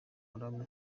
haram